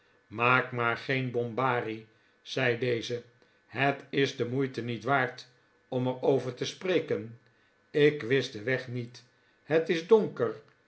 maak maar geen bombarie zei deze het is de moeite niet waard om er over te spreken ik wist den weg niet het is donker